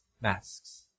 masks